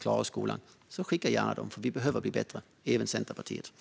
klarar skolan får gärna skicka in dem! För vi behöver bli bättre, även Centerpartiet.